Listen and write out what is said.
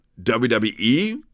wwe